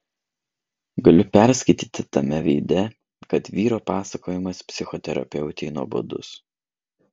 galiu perskaityti tame veide kad vyro pasakojimas psichoterapeutei nuobodus